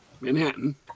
Manhattan